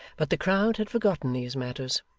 but the crowd had forgotten these matters,